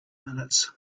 minutes